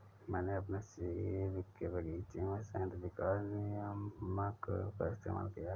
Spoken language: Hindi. मैंने अपने सेब के बगीचे में संयंत्र विकास नियामक का इस्तेमाल किया है